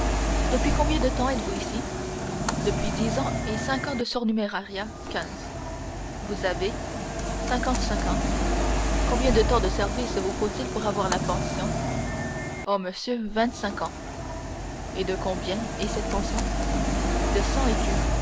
depuis combien de temps êtes-vous ici depuis dix ans et cinq ans de surnumérariat quinze vous avez cinquante-cinq ans combien de temps de service vous faut-il pour avoir la pension oh monsieur vingt-cinq ans et de combien est cette pension de cent écus